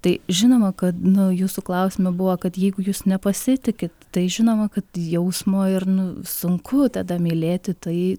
tai žinoma kad nu jūsų klausime buvo kad jeigu jūs nepasitikit tai žinoma kad jausmo ir nu sunku tada mylėti tai